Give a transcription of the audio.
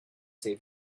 save